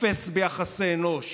אפס ביחסי אנוש,